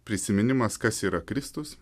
prisiminimas kas yra kristus